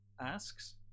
asks